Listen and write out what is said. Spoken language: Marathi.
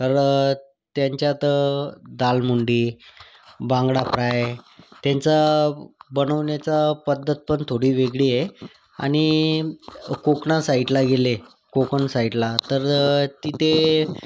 तर त्यांच्यात डाळ मुंडी बांगडा फ्राय त्यांचा बनवण्याचा पध्दत पण थोडी वेगळी आहे आणि कोकणा साईटला गेले कोकण साईटला तर तिथे